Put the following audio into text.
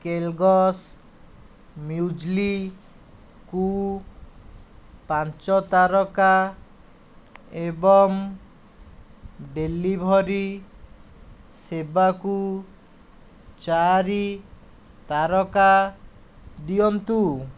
Kellogg's ମ୍ୟୁଜ୍ଲିକୁ ପାଞ୍ଚ ତାରକା ଏବଂ ଡେଲିଭରି ସେବାକୁ ଚାରି ତାରକା ଦିଅନ୍ତୁ